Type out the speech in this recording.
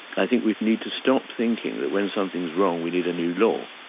i think we need to stop thinking that when something's wrong we need a new law.